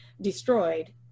destroyed